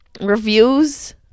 reviews